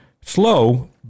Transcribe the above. slow